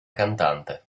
cantante